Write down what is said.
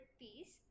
piece